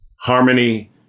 harmony